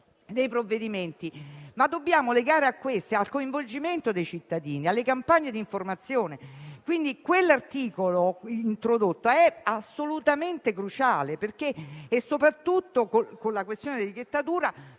ma dobbiamo legare questi al coinvolgimento dei cittadini, alle campagne di informazione. L'articolo introdotto è quindi assolutamente cruciale perché, soprattutto con la questione dell'etichettatura,